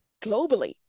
globally